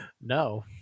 no